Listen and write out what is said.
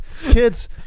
Kids